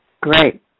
Great